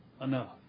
enough